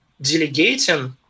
delegating